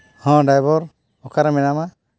ᱦᱮᱸ ᱰᱟᱭᱵᱷᱚᱨ ᱚᱠᱟᱨᱮ ᱢᱮᱱᱟᱢᱟ